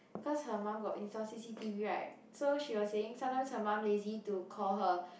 cause her mum got install C_C_T_V right so she was saying sometimes her mum lazy to call her